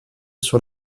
sur